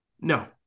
No